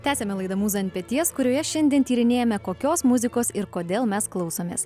tęsiame laidą mūza ant peties kurioje šiandien tyrinėjame kokios muzikos ir kodėl mes klausomės